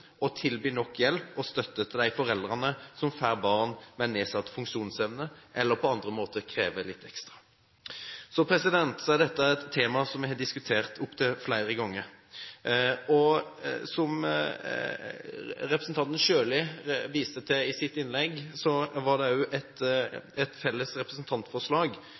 å tilby nok hjelp og støtte til de foreldrene som får barn med nedsatt funksjonsevne eller på andre måter krever litt ekstra. Dette er et tema som vi har diskutert opptil flere ganger. Som representanten Graham viste til i sitt innlegg, var det et felles representantforslag